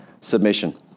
submission